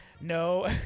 no